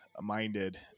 minded